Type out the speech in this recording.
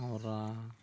ᱯᱟᱣᱨᱟ